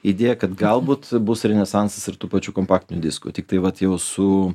idėja kad galbūt bus renesansas ir tų pačių kompaktinių diskų tiktai vat jau su